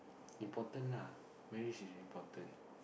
important lah marriage is important